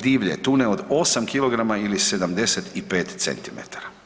divlje tune od 8 kilograma ili 75 centimetara.